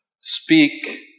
speak